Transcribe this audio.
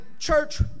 Church